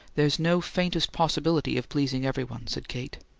there's no faintest possibility of pleasing everyone, said kate.